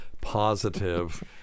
positive